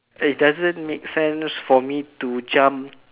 it doesn't make sense for me to jump